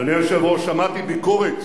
אדוני היושב-ראש, שמעתי ביקורת